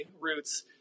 roots